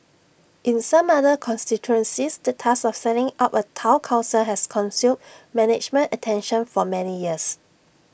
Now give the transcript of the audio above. in some other constituencies the task of setting up A Town Council has consumed management attention for many years